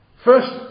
First